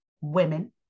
women